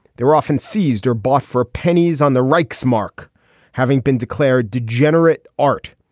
they were often seized or bought for pennies on the reich's mark having been declared degenerate art.